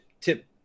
tip